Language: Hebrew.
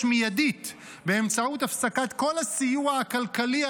מיידית באמצעות הפסקת כל הסיוע הכלכלי,